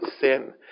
sin